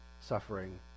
suffering